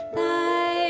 thy